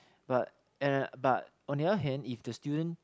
but and I but on the other hand if the student